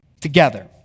together